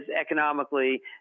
economically